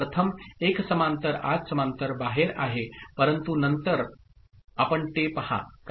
प्रथम एक समांतर आत समांतर बाहेर आहे परंतु नंतर आपण ते पहा